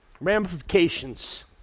ramifications